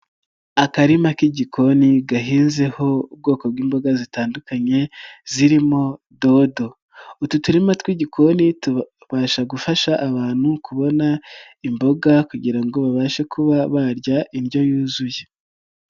Akarima k'igikoni gahinzeho ubwoko bw'imboga zitandukanye zirimo dodo, utu turima tw'igikoni tubasha gufasha abantu kubona imboga kugira ngo babashe kuba barya indyo yuzuye.